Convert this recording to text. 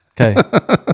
Okay